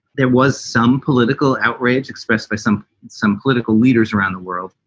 there was some political outrage expressed by some some political leaders around the world.